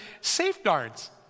safeguards